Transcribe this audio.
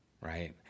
right